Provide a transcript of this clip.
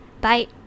bye